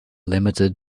limited